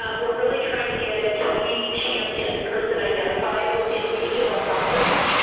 um we're really trying to get a key champion person identified within each of our hospitals,